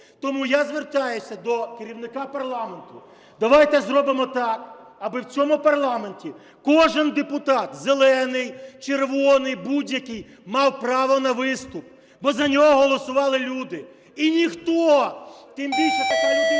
Тому я звертаюся до керівника парламенту, давайте зробимо так, аби в цьому парламенті кожен депутат "зелений", "червоний", будь-який, мав право на виступ, бо за нього голосували люди. І ніхто, тим більше така людина,